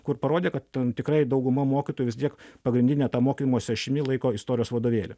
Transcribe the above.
kur parodė kad tikrai dauguma mokytojų vis tiek pagrindine ta mokymosi ašimi laiko istorijos vadovėlį